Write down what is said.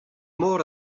mor